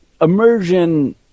immersion